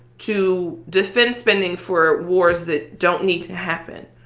to defense spending for wars that don't need to happen,